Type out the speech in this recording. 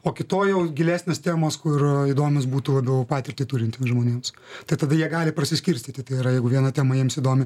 o kitoj jau gilesnės temos kur įdomios būtų labiau patirtį turintiems žmonėms tai tada jie gali prasiskirstyti tai yra jeigu viena tema jiems įdomi